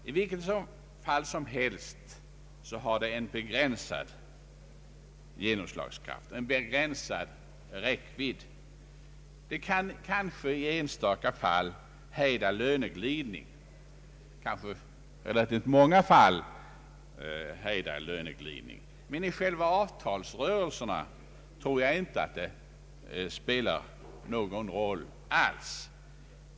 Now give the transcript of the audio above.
I vilket fall som helst har det en begränsad genomslagskraft, en begränsad räckvidd. Det kan i enstaka fall, kanske relativt många, möjligen hejda en löneglidning, men i själva avtalsrörelserna tror jag inte att detta argument spelar någon roll alls.